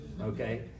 okay